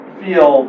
feel